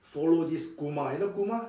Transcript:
follow this Kumar you know Kumar